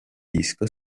disco